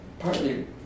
Partly